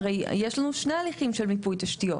הרי יש לנו שני הליכים של מיפוי תשתיות.